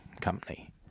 company